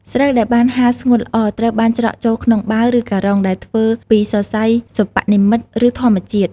ស្រូវដែលបានហាលស្ងួតល្អ ត្រូវបានច្រកចូលក្នុងបាវ ឬការុង ដែលធ្វើពីសរសៃសិប្បនិម្មិត ឬធម្មជាតិ។